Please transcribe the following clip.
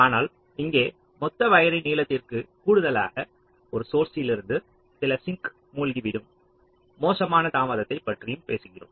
ஆனால் இங்கே மொத்த வயர்ரின் நீளத்திற்கு கூடுதலாக ஒரு சோர்ஸ்ஸிலிருந்து சில சிங்க் மூழ்கிவிடும் மோசமான தாமதத்தைப் பற்றியும் பேசுகிறோம்